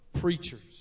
preachers